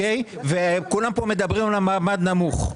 כולם פה מדברים על מעמד נמוך.